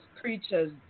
preachers